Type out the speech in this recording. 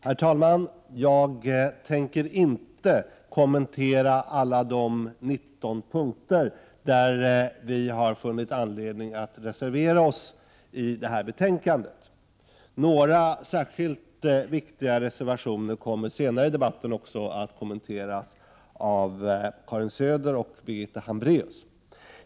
Herr talman! Jag tänker inte kommentera alla de 19 punkter där vi i centern har funnit anledning att reservera oss i detta betänkande. Några särskilt viktiga reservationer kommer senare i debatten också att kommenteras av Karin Söder och Birgitta Hambraeus.